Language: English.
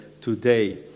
today